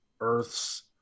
Earth's